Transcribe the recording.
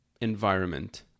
environment